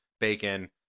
bacon